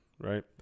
right